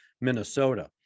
Minnesota